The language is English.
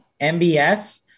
mbs